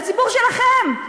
לציבור שלכם,